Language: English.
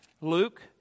Luke